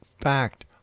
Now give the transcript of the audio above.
fact